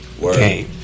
game